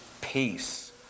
Peace